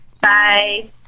Bye